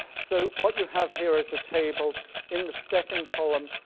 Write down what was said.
so what you have here is a table in the second column,